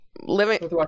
Living